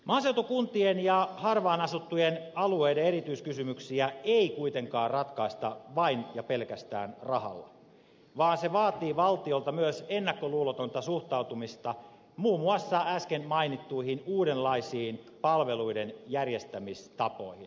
maaseutukuntien ja harvaan asuttujen alueiden erityiskysymyksiä ei kuitenkaan ratkaista vain ja pelkästään rahalla vaan se vaatii valtiolta myös ennakkoluulotonta suhtautumista muun muassa äsken mainittuihin uudenlaisiin palveluiden järjestämistapoihin